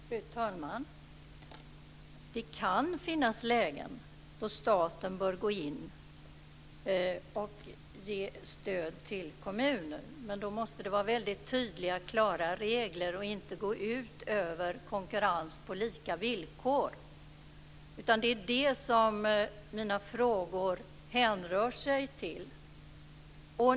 Fru talman! Det kan finnas lägen då staten bör gå in och ge stöd till kommunen. Men då måste det finnas väldigt tydliga och klara regler, och det ska inte gå ut över konkurrens på lika villkor. Det är det som mina frågor hänför sig till.